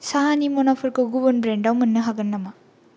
साहानि मनाफोरखौ गुबुन ब्रेन्डाव मोन्नो हागोन नामा